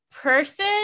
person